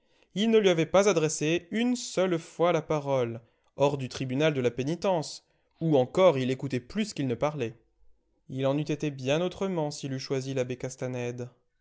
il ne lui avait pas adressé une seule fois la parole hors du tribunal de la pénitence où encore il écoutait plus qu'il ne parlait il en eût été bien autrement s'il eût choisi l'abbé castanède